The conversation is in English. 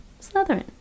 slytherin